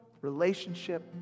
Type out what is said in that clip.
relationship